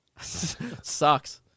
Sucks